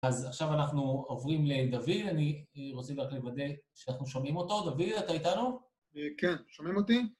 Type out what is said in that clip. אז עכשיו אנחנו עוברים לדוד, אני רוצה רק לוודא שאנחנו שומעים אותו. דוד, אתה איתנו? כן, שומעים אותי?